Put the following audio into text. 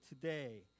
today